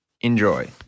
Enjoy